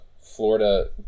Florida